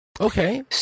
Okay